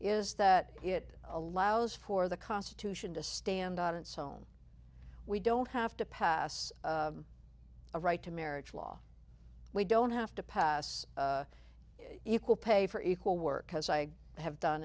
is that it allows for the constitution to stand on its own we don't have to pass a right to marriage law we don't have to pass equal pay for equal work because i have done